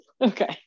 okay